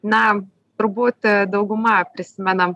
na turbūt dauguma prisimena